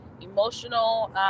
emotional